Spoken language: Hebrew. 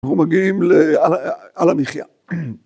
אנחנו מגיעים על המחייה.